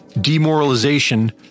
demoralization